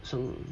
so